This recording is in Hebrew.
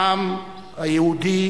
העם היהודי